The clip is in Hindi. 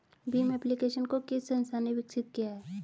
भीम एप्लिकेशन को किस संस्था ने विकसित किया है?